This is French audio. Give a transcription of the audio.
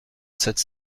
sept